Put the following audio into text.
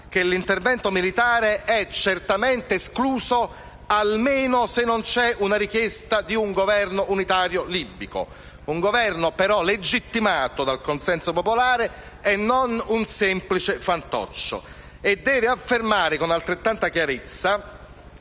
che l'intervento militare è certamente escluso, almeno in assenza di una richiesta di un Governo unitario libico, però legittimato dal consenso elettorale e non un semplice fantoccio; deve affermare con altrettanta chiarezza